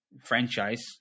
franchise